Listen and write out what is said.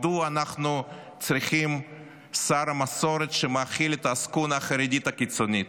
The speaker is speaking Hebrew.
מדוע אנחנו צריכים שר למסורת שמאכיל את העסקונה החרדית הקיצונית?